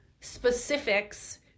specifics